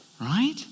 right